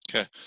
Okay